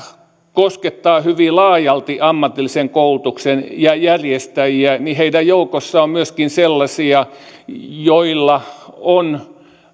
koskettaa hyvin laajalti ammatillisen koulutuksen järjestäjiä niin heidän joukossaan on myöskin sellaisia joilla on